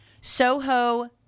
Soho